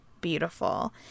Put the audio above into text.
beautiful